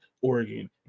Oregon